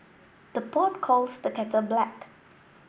the pot calls the kettle black